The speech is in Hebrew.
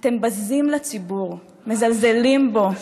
אתם בזים לציבור, מזלזלים בו,